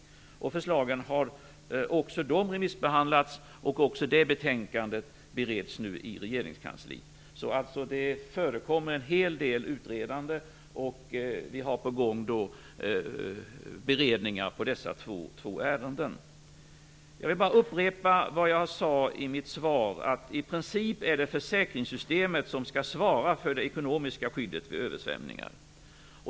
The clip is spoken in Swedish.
Dessa förslag har också remissbehandlats, och även detta betänkande bereds nu i regeringskansliet. Det förekommer alltså en hel del utredande och beredningar pågår i dessa två ärenden. Jag vill bara upprepa vad jag sade i mitt svar, att det i princip är försäkringssystemet som skall svara för det ekonomiska skyddet vid översvämningar.